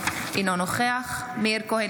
אינו נוכח מאיר כהן,